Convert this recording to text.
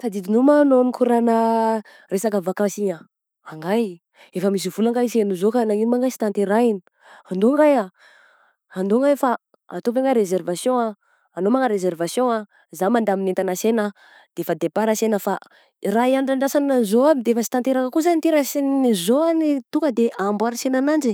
Tadidinao moa anao nikoragna resaka vakansy igny ah, angay! Efa misy vola angahy sena zao ka nagnino ma raha sy tanterahigna andao angay ah, andao angay fa ataovy ana reservation ah, anao manao reservation, za mandamigna entana ansena de efa depert ansena fa raha iandrandrasana zao aby de efa sy tanteraka koa zany ty raha sy ny zao no tonga de hamboarinsena ananjy.